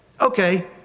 okay